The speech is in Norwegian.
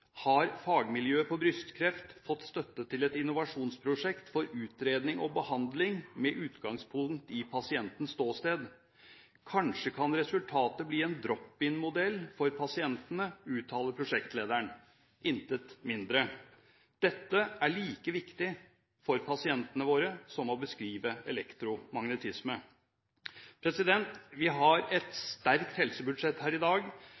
har fagmiljøet innen brystkreft fått støtte til et innovasjonsprosjekt for utredning og behandling med utgangspunkt i pasientens ståsted. Kanskje kan resultatet bli en «drop in-modell» for pasientene, uttaler prosjektlederen – intet mindre. Dette er like viktig for pasientene våre som å beskrive elektromagnetisme. Vi har et sterkt helsebudsjett her i dag,